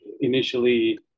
Initially